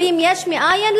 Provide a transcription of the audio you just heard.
אומרים: יש מאין?